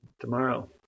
tomorrow